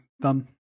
Done